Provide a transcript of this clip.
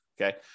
Okay